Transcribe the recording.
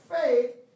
faith